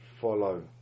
follow